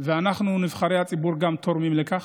ואנחנו נבחרי הציבור גם תורמים לכך,